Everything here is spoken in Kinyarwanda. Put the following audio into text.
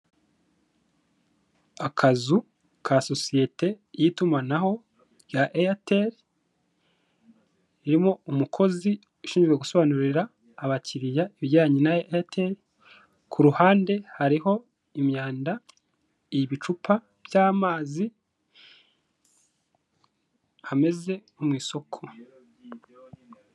Akazu ka sosiyete y'itumanaho rya Eyateri, irimo umukozi ushinzwe gusobanurira abakiriya ibijyanye na Eyateri, ku ruhande hariho imyanda, ibicupa by'amazi, hameze nko mu isoko.